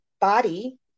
body